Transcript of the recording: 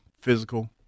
physical